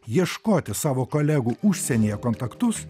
ieškoti savo kolegų užsienyje kontaktus